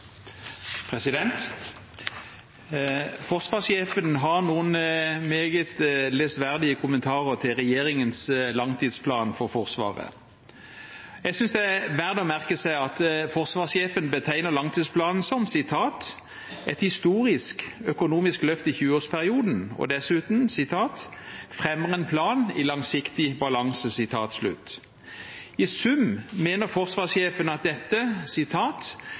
Forsvarssjefen har noen meget lesverdige kommentarer til regjeringens langtidsplan for Forsvaret. Jeg synes det er verdt å merke seg at forsvarssjefen betegner langtidsplanen som «et historisk økonomisk løft i 20-årsperioden» og dessuten «fremmer en plan i langsiktig balanse». I sum mener forsvarssjefen at dette